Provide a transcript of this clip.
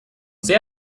sehr